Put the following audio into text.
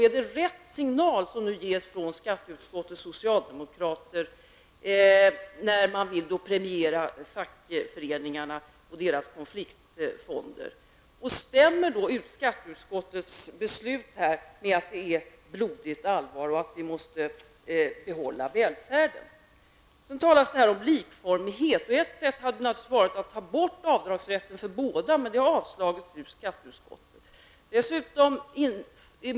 Är det rätt signal som ges från skatteutskottets socialdemokrater när man vill premiera fackföreningarna och deras konfliktfonder? Stämmer skatteutskottets beslut överens med att det är blodigt allvar och att vi måste behålla välfärden? Det talas om likformighet. Ett sätt hade naturligtvis varit att ta bort avdragsrätten för båda, men det avstyrks av skatteutskottet.